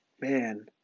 man